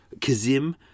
Kazim